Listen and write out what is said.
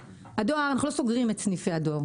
אנחנו לא סוגרים את סניפי הדואר.